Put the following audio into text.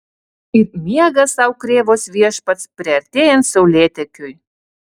ir miega sau krėvos viešpats priartėjant saulėtekiui